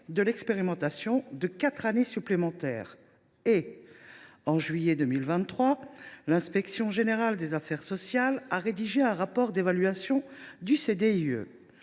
de l’expérimentation, pour quatre années supplémentaires. En juillet 2023, l’inspection générale des affaires sociales a rédigé un rapport d’évaluation du CDIE.